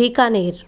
Bikaner